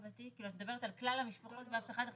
את מדברת על כלל המשפחות בהבטחת הכנסה?